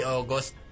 August